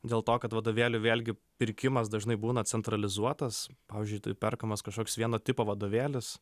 dėl to kad vadovėlių vėlgi pirkimas dažnai būna centralizuotas pavyzdžiui perkamas kažkoks vieno tipo vadovėlis